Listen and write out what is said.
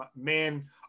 Man